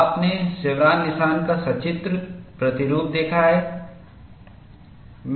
आपने शेवरॉन निशान का सचित्र प्रतिरूप देखा है